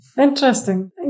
Interesting